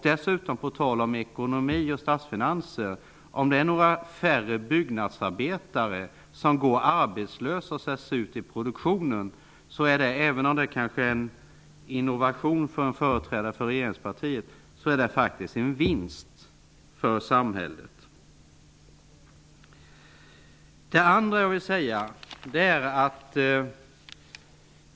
Apropå ekonomi och statsfinanser: Även om det kan förefalla var en innovation för företrädare för regeringspartiet, kan det faktiskt vara en vinst för samhället med några färre byggnadsarbetare som går arbetslösa.